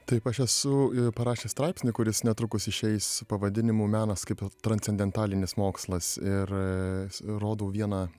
taip aš esu parašęs straipsnį kuris netrukus išeis pavadinimu menas kaip transcendentalinis mokslas ir rodau vieną